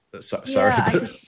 Sorry